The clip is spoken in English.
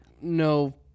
no